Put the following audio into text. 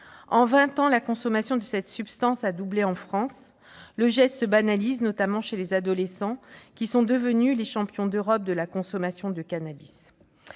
En vingt ans, la consommation de cette substance a doublé en France. Le geste se banalise, notamment chez les adolescents, qui sont devenus les champions d'Europe de la consommation de cannabis.